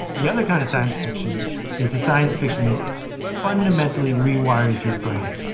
the other kind of science fiction is the science fiction that fundamentally rewires your brain.